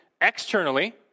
externally